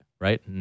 right